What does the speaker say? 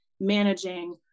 managing